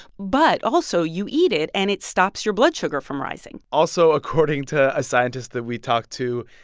but also, you eat it, and it stops your blood sugar from rising also, according to a scientist that we talked to,